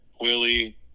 Willie